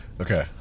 okay